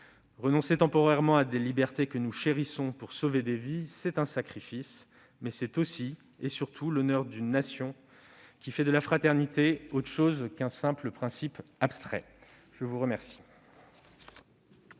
Renoncer temporairement à des libertés que nous chérissons pour sauver des vies est un sacrifice, mais c'est aussi et surtout l'honneur d'une nation qui fait de la fraternité autre chose qu'un simple principe abstrait. La parole